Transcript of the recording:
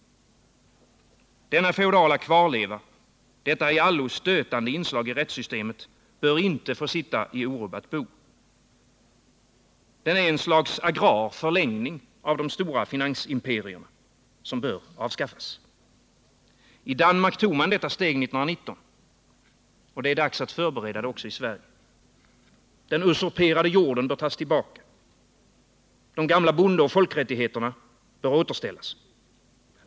Denna feodala kvarleva, detta i allo stötande inslag i rättssystemet, bör inte få sitta i orubbat bo. Den är en slags agrar förlängning av de stora finansimperierna, som bör avskaffas. I Danmark tog man detta steg 1919. Det är dags att förbereda detta också i Sverige. Den usurperade jorden bör tas tillbaka. De gamla bondeoch folkrättigheterna bör återställas.